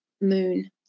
moon